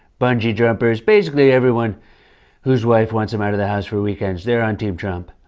bungee jumpers. basically, everyone whose wife wants them out of the house for weekends. they're on team trump.